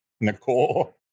Nicole